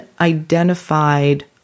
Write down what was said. identified